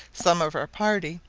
some of our party,